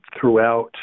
throughout